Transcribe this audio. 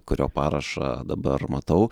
kurio parašą dabar matau